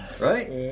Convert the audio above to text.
Right